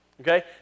Okay